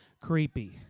Creepy